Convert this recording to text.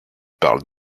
parle